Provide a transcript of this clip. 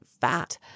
fat